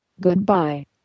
Goodbye